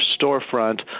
storefront